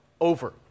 over